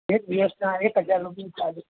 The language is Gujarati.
એક દિવસના એક હજાર રૂપિયા ચાર્જીસ